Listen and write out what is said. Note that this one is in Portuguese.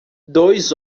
dois